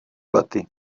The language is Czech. lety